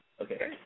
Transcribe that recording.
Okay